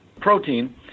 Protein